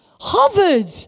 hovered